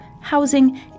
housing